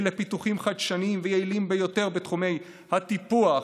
לפיתוחים חדשניים ויעילים ביותר בתחומי הטיפוח,